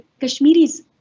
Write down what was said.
Kashmiris